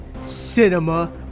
Cinema